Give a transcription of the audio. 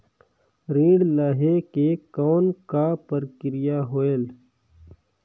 ऋण लहे के कौन का प्रक्रिया होयल?